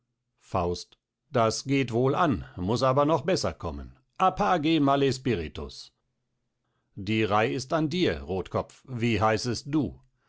faust das geht wohl an muß aber noch beßer kommen apage male spiritus die reih ist an dir rothkopf wie heißest du